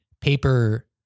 paper